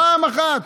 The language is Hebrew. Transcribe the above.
פעם אחת,